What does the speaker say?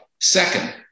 second